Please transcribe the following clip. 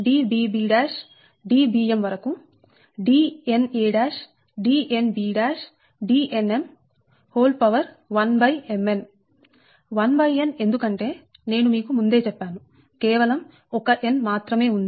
Dbm Dna Dnb Dnm 1mn 1n ఎందుకంటే నేను మీకు ముందే చెప్పాను కేవలం ఒక n మాత్రమే ఉంది